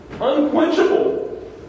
Unquenchable